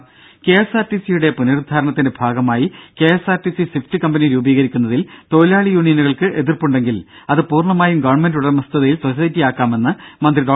ദേദ K S R T C യുടെ പുനരുദ്ധാരണത്തിന്റെ ഭാഗമായി കെഎസ്ആർടിസി സിഫ്റ്റ് കമ്പനി രൂപീകരിക്കുന്നതിൽ തൊഴിലാളി യൂണിയനുകൾക്ക് എതിർപ്പുണ്ടെങ്കിൽ അത് പൂർണമായും ഗവൺമെന്റ് ഉടമസ്ഥതയിൽ സൊസൈറ്റിയാക്കാമെന്ന് മന്ത്രി ഡോ